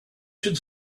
should